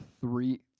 three